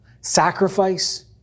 Sacrifice